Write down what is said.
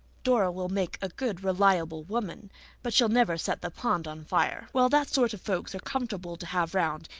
dora will make a good, reliable woman but she'll never set the pond on fire. well, that sort of folks are comfortable to have round,